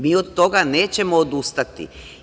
Mi od toga nećemo odustati.